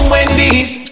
Wendy's